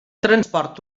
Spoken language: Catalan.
transport